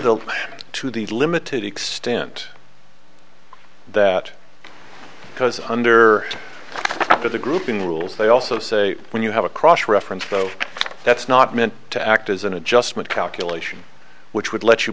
the to the limited extent that because under after the grouping rules they also say when you have a cross reference though that's not meant to act as an adjustment calculation which would let you